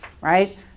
right